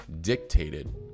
dictated